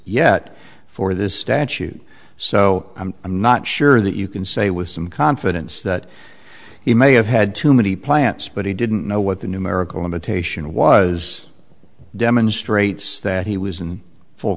yet for this statute so i'm not sure that you can say with some confidence that he may have had too many plants but he didn't know what the numerical limitation was demonstrates that he was in full